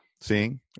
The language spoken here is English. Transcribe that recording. seeing